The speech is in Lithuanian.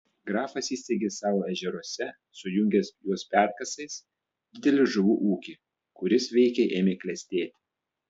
grafas įsteigė savo ežeruose sujungęs juos perkasais didelį žuvų ūkį kuris veikiai ėmė klestėti